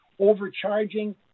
Overcharging